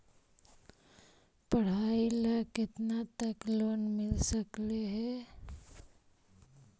पढाई ल केतना तक लोन मिल सकले हे?